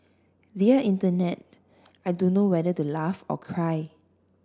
dear Internet I don't know whether to laugh or cry